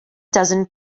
dozen